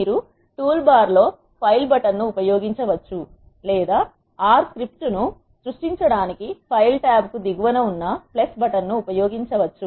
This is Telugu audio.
మీరు టూల్ బార్ లో ఫైల్ బటన్ ను ఉపయోగించవచ్చు లేదా ఆర్ R స్క్రిప్ట్ ను సృష్టించడానికి ఫైల్ టాబ్ కు దిగువన ఉన్న బటన్ ను ఉపయోగించవచ్చు